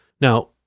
Now